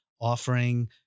offering